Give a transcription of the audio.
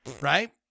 right